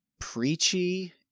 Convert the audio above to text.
preachy